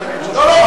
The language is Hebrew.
הצבעה, לא.